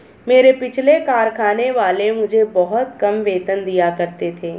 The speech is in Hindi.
मेरे पिछले कारखाने वाले मुझे बहुत कम वेतन दिया करते थे